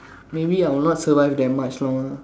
maybe I will not survive that much long ah